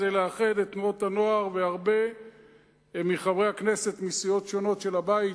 וזה לאחד את תנועות הנוער והרבה מחברי הכנסת מסיעות שונות של הבית,